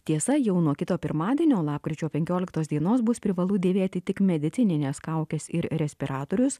tiesa jau nuo kito pirmadienio lapkričio penkioliktos dienos bus privalu dėvėti tik medicinines kaukes ir respiratorius